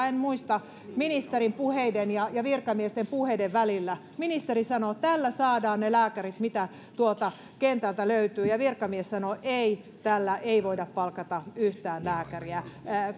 en muista ministerin puheiden ja ja virkamiesten puheiden välillä ministeri sanoo tällä saadaan ne lääkärit mitä tuolta kentältä löytyy ja virkamies sanoo ei tällä ei voida palkata yhtään lääkäriä